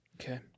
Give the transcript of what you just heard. Okay